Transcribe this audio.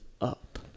up